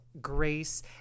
grace